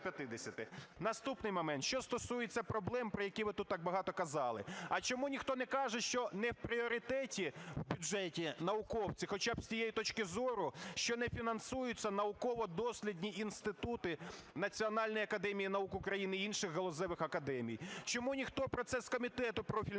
Наступний момент, що стосується проблем, про які ви тут так багато казали. А чому ніхто не каже, що не в пріоритеті в бюджеті науковці, хоча б з тієї точки зору, що не фінансуються науково-дослідні інститути Національної академії наук України і інших галузевих академій? Чому ніхто про це з комітету профільного